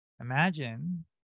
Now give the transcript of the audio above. Imagine